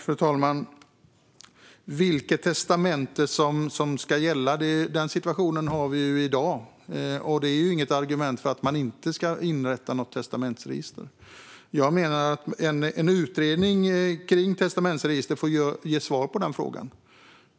Fru talman! När det gäller frågan om vilket testamente som ska gälla är det den situation vi har i dag. Det är inte något argument för att man inte ska inrätta något testamentsregister. Jag menar att en utredning om testamentsregister får ge svar på den frågan.